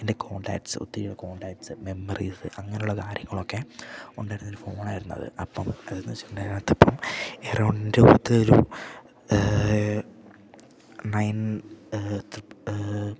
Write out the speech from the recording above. എൻ്റെ കോൺടാക്ട്സ് ഒത്തിരി contacts memories അങ്ങനെയുള്ള കാര്യങ്ങളൊക്കെ ഉണ്ടായിരുന്നൊരു ഫോണായിരുന്നു അത് അപ്പം അതന്ന് വെച്ചിട്ടുണ്ടെ അയിനകത്തിപ്പം എറൗണ്ട് പത് ഒരു നയൻ് ത്രിപ്